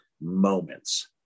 moments